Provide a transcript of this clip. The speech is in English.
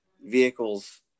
vehicles